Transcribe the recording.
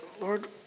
Lord